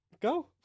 Go